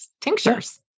tinctures